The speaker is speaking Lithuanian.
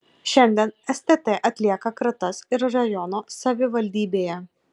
šiandien stt atlieka kratas ir rajono savivaldybėje